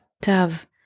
Tav